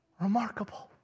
Remarkable